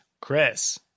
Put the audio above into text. Chris